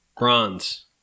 Bronze